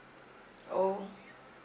oh